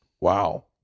Wow